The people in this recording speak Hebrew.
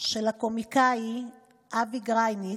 של הקומיקאי אבי גרייניק.